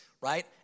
right